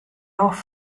auf